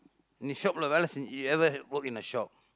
நீ:nii shop லே வேலை செஞ்சு:lee veelai senjsu you ever work in a shop